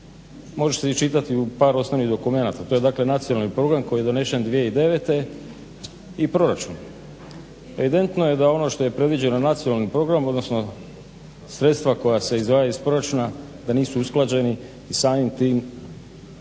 može se iščitati u par osnovnih dokumenata, to je dakle Nacionalni program koji je donesen 2009. i proračun. Evidentno je da ono što je predviđeno Nacionalnim programom, odnosno sredstva koja se izdvajaju iz proračuna da nisu usklađeni i samim tim mi